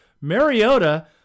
Mariota